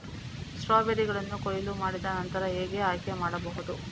ಸ್ಟ್ರಾಬೆರಿಗಳನ್ನು ಕೊಯ್ಲು ಮಾಡಿದ ನಂತರ ಹೇಗೆ ಆಯ್ಕೆ ಮಾಡಬಹುದು?